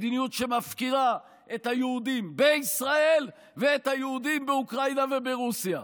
מדיניות שמפקירה את היהודים בישראל ואת היהודים באוקראינה וברוסיה,